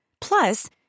Plus